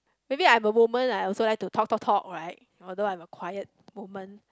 maybe I'm a woman I also like to talk talk talk right although I'm a quiet woman